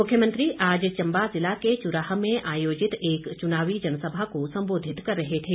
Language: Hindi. मुख्यमंत्री आज चम्बा जिला के चुराह में आयोजित एक चुनावी जनसभा को संबोधित कर रहे थे